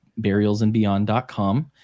burialsandbeyond.com